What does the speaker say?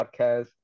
Podcast